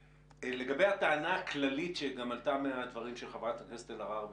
לגבי הטענה הכללית שגם עלתה מהדברים של חברת הכנסת אלהרר ושלי.